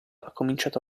cominciato